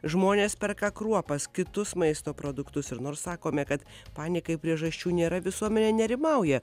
žmonės perka kruopas kitus maisto produktus ir nors sakome kad panikai priežasčių nėra visuomenė nerimauja